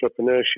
entrepreneurship